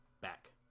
back